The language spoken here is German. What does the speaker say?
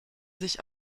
sich